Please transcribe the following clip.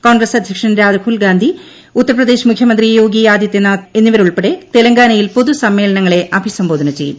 കോൺഗ്രസ് അധ്യക്ഷൻ രാഹുൽ ഗാന്ധി ഉത്തർ പ്രദേശ് മുഖ്യമന്ത്രി യോഗി ആദിത്യ നാഥ് എന്നിവരുൾപ്പെടെ തെലങ്കാനയിൽ പൊതു സമ്മേളനങ്ങളെ അഭിസംബോധന ചെയ്യും